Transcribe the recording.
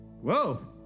whoa